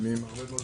עם הרבה מאוד